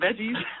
veggies